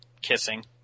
kissing